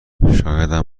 شایدم